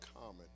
common